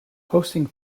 hosting